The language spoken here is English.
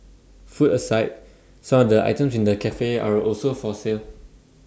food aside some of the items in the Cafe are also for sale